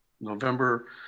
November